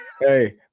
Hey